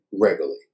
regularly